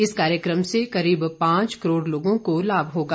इस कार्यक्रम से करीब पांच करोड़ लोगों को लाभ होगा